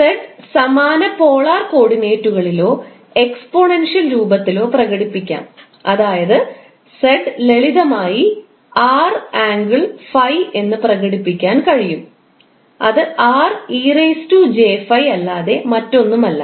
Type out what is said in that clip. z സമാന polar കോർഡിനേറ്റുകളിലോ exponential രൂപത്തിലോ പ്രകടിപ്പിക്കാം അതായത് z ലളിതമായി 𝑟∠∅ എന്ന് പ്രകടിപ്പിക്കാൻ കഴിയും അത് 𝑟𝑒𝑗∅ അല്ലാതെ മറ്റൊന്നുമല്ല